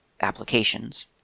applications